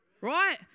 right